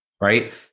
right